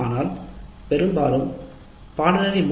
ஆனால் பி